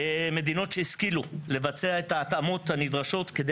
מדינות שהשכילו לבצע את ההתאמות הנדרשות כדי